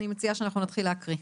אני מציעה שאנחנו נתחיל להקריא.